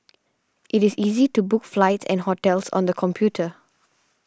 it is easy to book flights and hotels on the computer